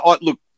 look